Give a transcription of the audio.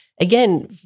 Again